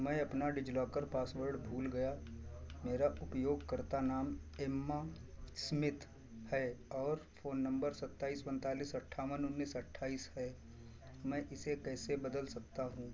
मैं अपना DigiLocker password भूल गया मेरा उपयोगकर्ता नाम एम्मा इस्मिथ है और फ़ोन नम्बर सत्ताइस उनतालिस अट्ठावन उन्नीस अट्ठाइस है मैं इसे कैसे बदल सकता हूँ